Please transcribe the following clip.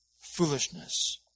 foolishness